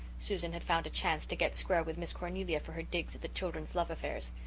susan had found a chance to get square with miss cornelia for her digs at the children's love affairs.